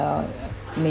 uh